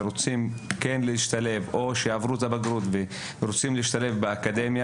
וגם לאלה שעברו את הבגרות ורוצים להשתלב באקדמיה.